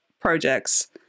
projects